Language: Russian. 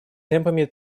темпами